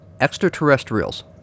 Extraterrestrials